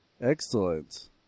Excellent